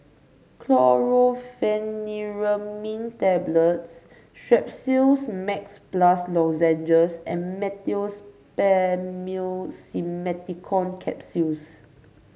Chlorpheniramine Tablets Strepsils Max Plus Lozenges and Meteospasmyl Simeticone Capsules